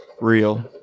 real